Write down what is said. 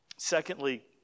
Secondly